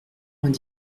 vingt